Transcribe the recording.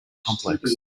complex